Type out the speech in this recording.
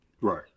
Right